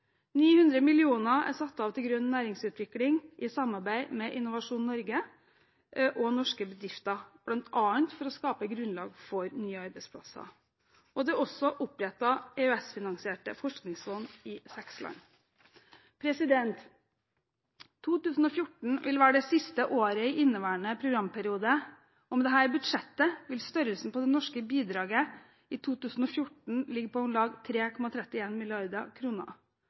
900 mill. kr er satt av til grønn næringsutvikling, i samarbeid med Innovasjon Norge og norske bedrifter, bl.a. for å skape et grunnlag for nye arbeidsplasser. Det er også opprettet EØS-finansierte forskningsfond i seks land. 2014 vil være det siste året i inneværende programperiode, og med dette budsjettet vil størrelsen på det norske bidraget i 2014 ligge på om lag